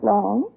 Long